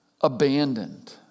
abandoned